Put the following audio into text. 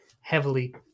heavily